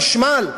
חשמל.